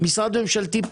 זה לא לגמרי מדויק.